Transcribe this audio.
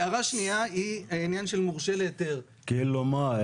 הערה שנייה היא לעניין של מורשה להיתר -- כאילו מה,